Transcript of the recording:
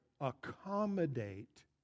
accommodate